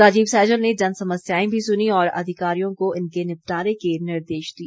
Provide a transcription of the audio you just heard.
राजीव सैजल ने जन समस्याएं भी सुनीं और अधिकारियों को इनके निपटारे के निर्देश दिए